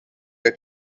your